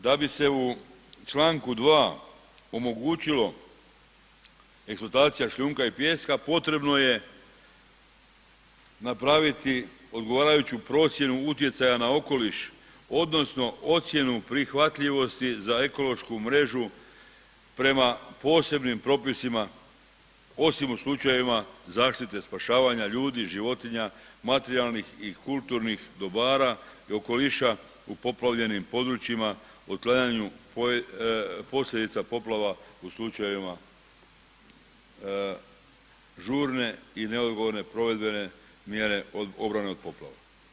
Da bi se u Članku 2. omogućilo eksploatacija šljunka i pijeska potrebno je napraviti odgovarajuću procjenu utjecaja na okoliš odnosno ocjenu prihvatljivosti za ekološku mrežu prema posebnim propisima osim u slučajevima zaštite spašavanja ljudi, životinja, materijalnih i kulturnih dobara i okoliša u poplavljenim područjima, otklanjanju posljedica poplava u slučajevima žurne i neodgovorne provedbene mjere od obrane od poplava.